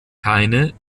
keine